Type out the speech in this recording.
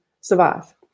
survive